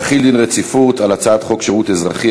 להחיל דין רציפות על הצעת חוק שירות אזרחי,